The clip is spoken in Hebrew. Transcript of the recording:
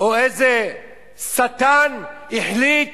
או איזה שטן החליט